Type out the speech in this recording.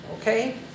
Okay